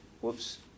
Whoops